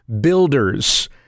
builders